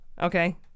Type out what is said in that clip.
Okay